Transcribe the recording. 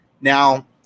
Now